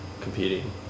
competing